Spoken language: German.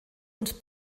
und